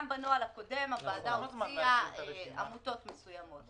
גם בנוהל הקודם הוועדה הוציאה עמותות מסוימות.